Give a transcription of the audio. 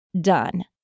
done